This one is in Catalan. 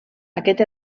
aquest